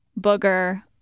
booger